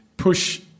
push